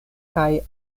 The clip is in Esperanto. kaj